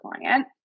client